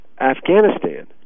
Afghanistan